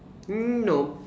mm no